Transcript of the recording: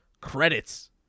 credits